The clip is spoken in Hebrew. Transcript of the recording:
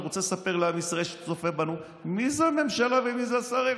אני רוצה לספר לעם ישראל שצופה בנו מי זו הממשלה ומי זה השר אלקין,